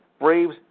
Braves